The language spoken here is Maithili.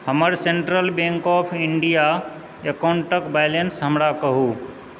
हमर सेंट्रल बैंक ऑफ इंडिया अकाउंटक बैलेंस हमरा कहू